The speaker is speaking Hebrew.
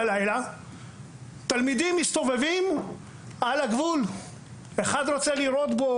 תלמידים מסתובבים על הגבול; אחד רוצה לירות בו.